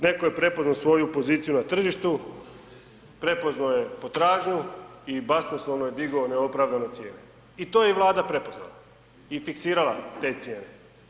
Neko je prepoznao svoju poziciju na tržištu, prepoznao je potražnju i basnoslovno je digao neopravdano cijene i to je Vlada prepoznala i fiksirala te cijene.